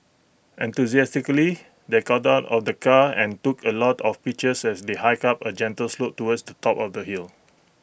enthusiastically they got out of the car and took A lot of pictures as they hiked up A gentle slope towards the top of the hill